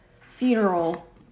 funeral